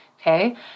okay